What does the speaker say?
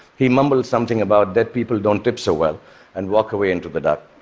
he mumbled something about dead people don't tip so well and walked away into the dark.